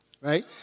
right